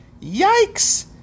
Yikes